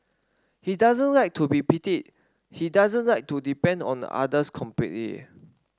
he doesn't like to be pitied he doesn't like to depend on the others completely